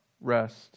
rest